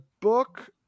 book